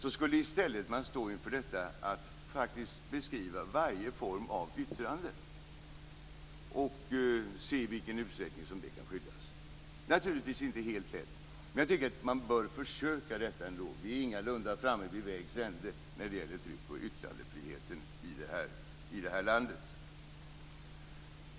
I stället står man inför problemet att beskriva varje form av yttrande och se i vilken utsträckning det kan skyddas. Det är naturligtvis inte helt lätt, men jag tycker att man bör försöka ändå. Vi är ingalunda framme vid vägs ände när det gäller tryck och yttrandefriheten i det här landet.